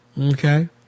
Okay